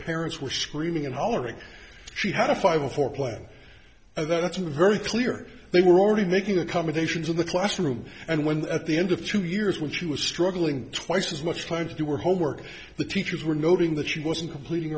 parents were screaming and hollering she had a five for play that's very clear they were already making accommodations in the classroom and when at the end of two years when she was struggling twice as much time to do her homework the teachers were noting that she wasn't completing